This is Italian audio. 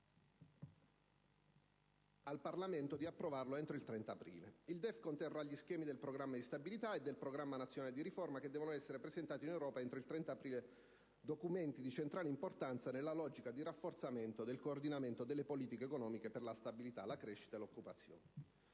al Parlamento di approvarlo entro il 30 aprile. Il DEF conterrà gli schemi del Programma di stabilità e del Programma nazionale di riforma che devono essere presentati in Europa entro il 30 aprile, documenti di centrale importanza nella logica di rafforzamento del coordinamento delle politiche economiche per la stabilità, la crescita e l'occupazione.